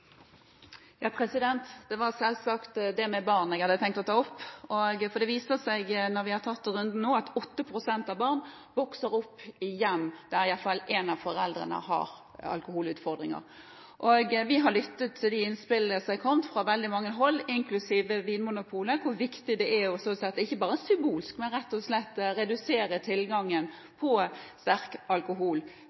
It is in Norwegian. var selvsagt det med barn jeg hadde tenkt å ta opp. For det viser seg, når vi nå har tatt denne runden, at 8 pst. av barn vokser opp i hjem der iallfall én av foreldrene har alkoholutfordringer. Vi har lyttet til de innspillene som er kommet fra veldig mange hold, inklusiv Vinmonopolet, og hører hvor viktig det er – og ikke bare symbolsk – rett og slett å redusere tilgangen på sterk alkohol